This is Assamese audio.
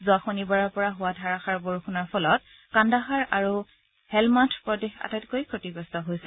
যোৱা শনিবাৰৰ পৰা হোৱা ধাৰাসাৰ বৰষুণৰ ফলত কান্দাহাৰ আৰু হেলমান্থ প্ৰদেশ আটাইতকৈ ক্ষতিগ্ৰস্ত হৈছে